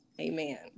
Amen